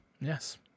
yes